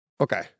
Okay